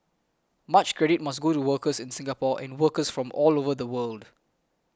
much credit must go to workers in Singapore and workers from all over the world